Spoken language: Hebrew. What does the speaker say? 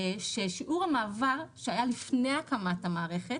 ששיעור המעבר שהיה לפני הקמת המערכת